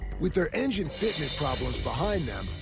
with their engine fitment problems behind them,